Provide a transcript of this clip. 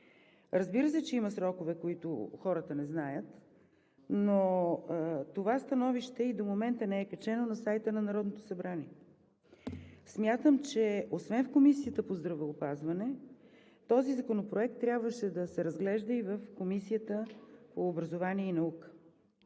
Разбира се, че има срокове, които хората не знаят, но това становище и до момента не е качено на сайта на Народното събрание. Смятам, че освен в Комисията по здравеопазване този законопроект трябваше да се разглежда и в Комисията по образование и наука.